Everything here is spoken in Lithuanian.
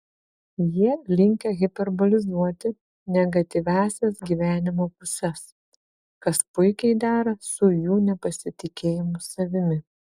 jie linkę hiperbolizuoti negatyviąsias gyvenimo puses kas puikiai dera su jų nepasitikėjimu savimi